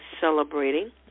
celebrating